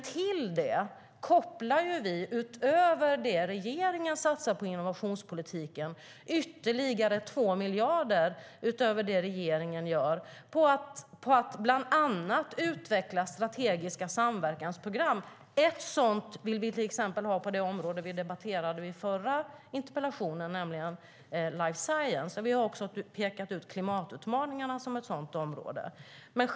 Till detta kopplar vi, utöver det som regeringen satsar på innovationspolitiken, ytterligare 2 miljarder på att bland annat utveckla strategiska samverkansprogram. Ett sådant vill vi till exempel ha på det område vi debatterade i samband med den förra interpellationen, nämligen life science. Vi har också pekat ut klimatutmaningarna som ett sådant område.